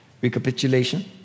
recapitulation